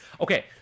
okay